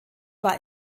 war